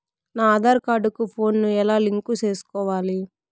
నా ఆధార్ కార్డు కు ఫోను ను ఎలా లింకు సేసుకోవాలి?